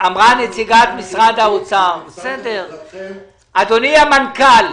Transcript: אדוני המנכ"ל,